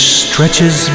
stretches